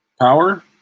Power